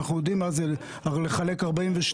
אנחנו יודעים מה זה לחלק 42,